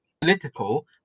political